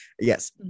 yes